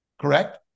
Correct